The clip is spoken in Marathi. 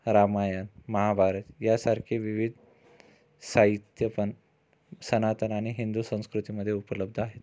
रामायण महाभारत यासारखे विविध साहित्य पण सनातन आणि हिंदू संस्कृतीमध्ये उपलब्ध आहेत